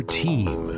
team